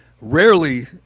rarely